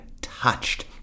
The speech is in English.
touched